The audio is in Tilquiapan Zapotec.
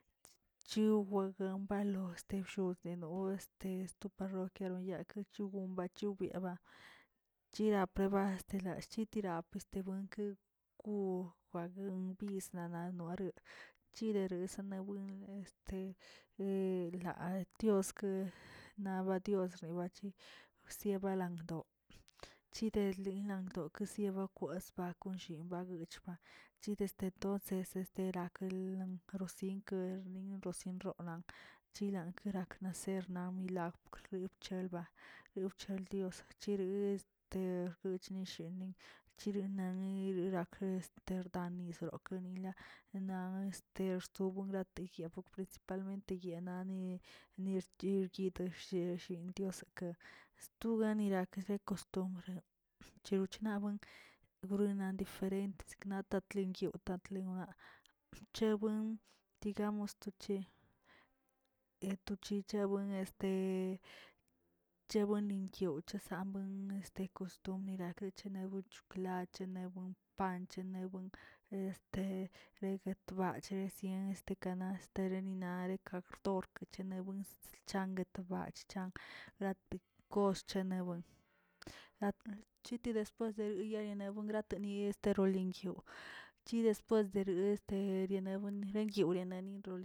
Chuwahuen bat loste bshoden o este sto parrioka loyaal lechongombachu byeba chirapreba lch chitiraba yebuenkə kun bague bisna lanuare chideres naweꞌ enle este en la tiokə na diosregue sie balangdo chidenli nagdo sibakwesba llien bachig ba chide este tonces terakelə arosinkə nora sinrona chilan kerakna serna milak rib chelba rib cheldios chiri este kuchni sheni chirin nagui nerake´este tani srokeə nila nan este yobun rate yebo principalmente yeno ne nerkiyodosh de shinke´diosen stone nirakyee atonree chiro chebwen ronan diferent de siknato tengyuw atlenona xchewen digamos to che etochichawen este chebuen ninguyoch gan buen este kostumbrtachebuene choklat chebuen panch nebuen te de regtbache byen este kanast reninare xkabrork chene wen chalga guetbach rati koschene lat chiti después yene buen grate yestoreling che después yerebueni yenani nroo.